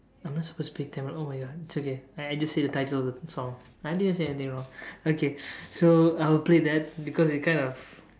I'm not supposed to speak Tamil oh my god it's okay I just say the title of the song I didn't say anything wrong okay so I will play that because it's kind of